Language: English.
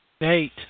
Eight